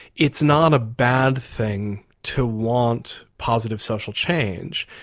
it's not a bad thing to want positive social change.